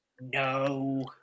No